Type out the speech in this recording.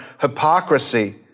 hypocrisy